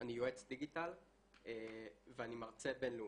אני יועץ דיגיטל ואני מרצה בינלאומי.